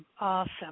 awesome